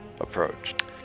approached